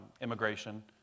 immigration